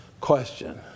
question